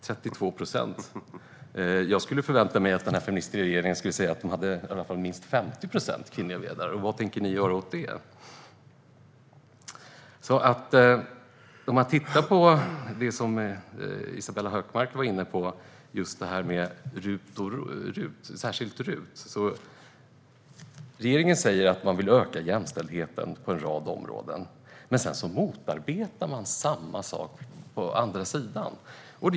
32 procent! Jag skulle förvänta mig att den här feministiska regeringen sa att den hade i alla fall minst 50 procent kvinnliga vd:ar. Vad tänker ni göra åt det? Isabella Hökmark var inne på det här med RUT. Regeringen säger att man vill öka jämställdheten på en rad områden. Men sedan motarbetar man samma sak på andra sidan.